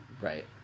Right